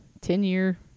ten-year